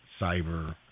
cyber